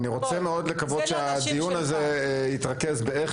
אני רוצה מאוד לקוות שהדיון הזה יתרכז באיך